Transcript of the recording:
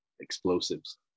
explosives